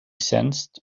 sensed